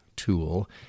tool